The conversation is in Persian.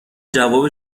جواب